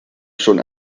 schon